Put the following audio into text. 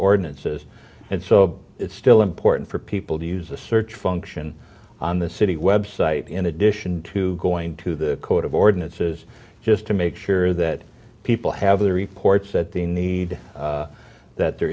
ordinances and so it's still important for people to use the search function on the city web site in addition to going to the code of ordinances just to make sure that people have the reports that they need that there